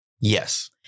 Yes